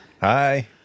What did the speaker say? Hi